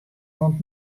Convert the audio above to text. oant